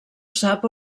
sap